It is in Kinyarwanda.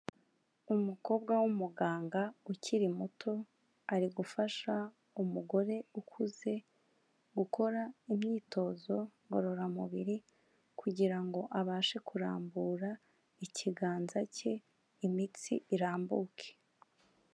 Umukobwa w'umuganga ukiri muto, ari gufasha umugore ukuze gukora imyitozo ngororamubiri kugira ngo abashe kurambura ikiganza cye imitsi irambuke.